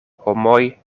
homoj